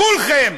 כולכם,